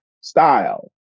style